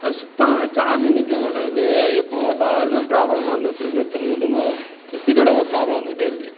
அது சுத்தமாகவே சார்ஜே நிற்க மாட்டேங்குது எப்போ பார்த்தாலுமே ப்ராப்பளமாக வந்துகிட்ருக்கு திரும்ப திரும்ப ரிப்பீட்டடாக தான் ப்ராப்ளம் வந்துகிட்டே இருக்கு